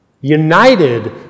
united